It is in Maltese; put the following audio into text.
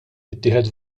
ittieħed